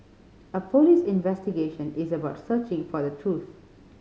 a police investigation is about searching for the truth